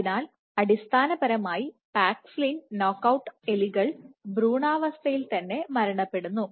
അതിനാൽ അടിസ്ഥാനപരമായി paxillin knock out എലികൾ ഭ്രൂണാവസ്ഥയിൽ തന്നെ മരണപ്പെടുന്നു